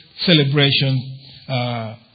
celebration